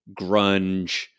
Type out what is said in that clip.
grunge